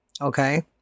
okay